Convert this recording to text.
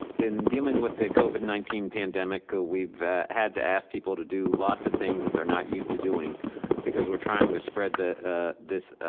in dealing with the covid nineteen pandemic, ah we've had to ask people to do lots of things that they're not used to doing because we're trying to spread the this,